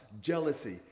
jealousy